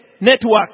network